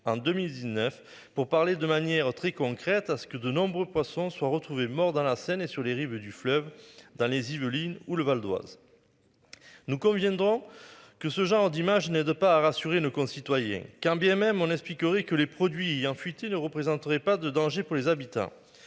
en 2019 pour parler de manière très concrète à ce que de nombreux poissons soient retrouvés morts dans la Seine et sur les rives du fleuve dans les Yvelines où le Val-d Oise. Nous conviendront que ce genre d'images n'aident pas à rassurer nos concitoyens. Quand bien même on expliquerait que les produits hein. Fuite ne représenterait pas de danger pour les habitats